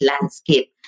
landscape